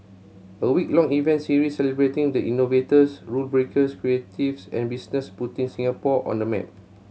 a week long event series celebrating the innovators rule breakers creatives and business putting Singapore on the map